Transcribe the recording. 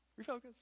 refocus